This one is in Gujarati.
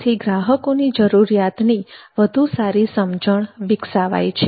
જેથી ગ્રાહકોની જરૂરિયાતની વધુ સારી સમજણ વિકસાવાય છે